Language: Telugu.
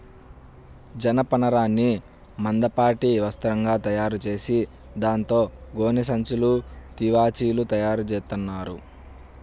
జనపనారని మందపాటి వస్త్రంగా తయారుచేసి దాంతో గోనె సంచులు, తివాచీలు తయారుచేత్తన్నారు